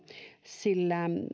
sillä